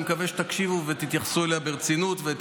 אני מקווה שתקשיבו ותתייחסו אליה ברצינות,